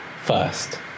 first